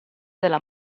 della